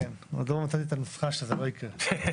עוד לא מצאתי את הנוסחה שזה לא יקרה.